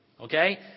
okay